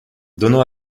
donnant